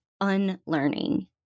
unlearning